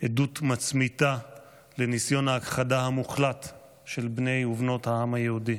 עדות מצמיתה לניסיון ההכחדה המוחלט של בני ובנות העם היהודי.